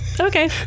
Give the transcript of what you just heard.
Okay